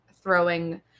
throwing